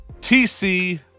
TC